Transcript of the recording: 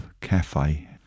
cafe